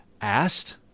asked